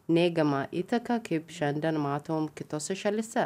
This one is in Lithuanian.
neigiamą įtaką kaip šiandien matom kitose šalyse